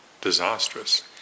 disastrous